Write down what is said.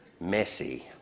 messy